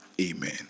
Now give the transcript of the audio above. Amen